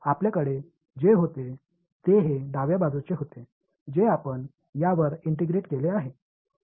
तर आपल्याकडे जे होते ते हे डाव्या बाजूचे होते जे आपण यावर इंटिग्रेट केले आहे